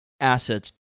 assets